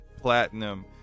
Platinum